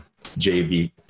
JV